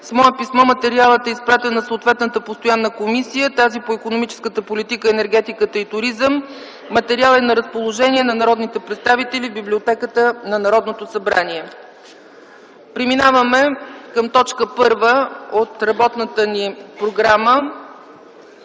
С мое писмо материалът е изпратен на съответната постоянна комисия - Комисията по икономическа политика, енергетика и туризъм. Материалът е на разположение на народните представители в Библиотеката на Народното събрание. Преминаваме към първа точка от работната ни програма: